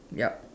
yup